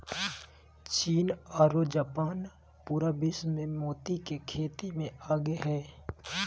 चीन आरो जापान पूरा विश्व मे मोती के खेती मे आगे हय